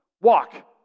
Walk